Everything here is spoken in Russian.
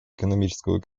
экономического